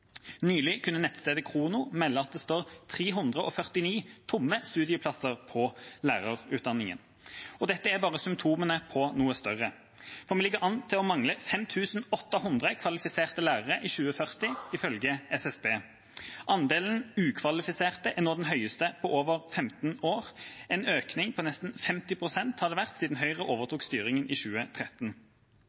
Nylig kunne nettstedet Khrono melde at det står 349 tomme studieplasser på lærerutdanningen. Dette er bare symptomene på noe større, for vi ligger an til å mangle 5 800 kvalifiserte lærere i 2040, ifølge SSB. Andelen ukvalifiserte er nå den høyeste på over 15 år – en økning på nesten 50 pst. siden Høyre overtok styringen i 2013.